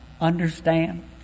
understand